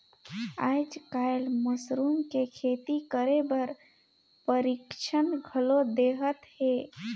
आयज कायल मसरूम के खेती करे बर परिक्छन घलो देहत हे